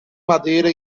madeira